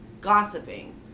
gossiping